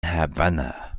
havanna